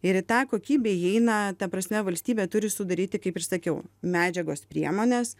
ir į tą kokybę įeina ta prasme valstybė turi sudaryti kaip ir sakiau medžiagos priemonės